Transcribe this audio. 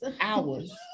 Hours